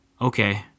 okay